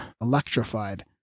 electrified